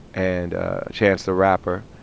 and chance the rapper.